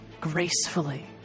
gracefully